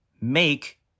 make